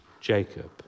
Jacob